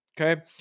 Okay